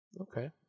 Okay